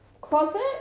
closet